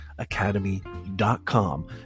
Academy.com